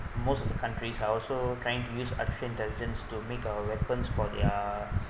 most of the countries are also trying to use artificial intelligent to make a weapon for their